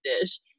dish